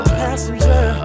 passenger